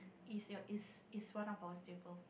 is your is is one of our staple